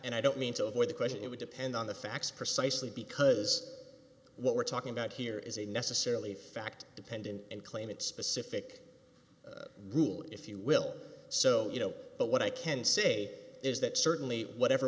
and i don't mean to avoid the question it would depend on the facts precisely because what we're talking about here is a necessarily fact dependent and claimant specific rule if you will so you know but what i can say is that certainly whatever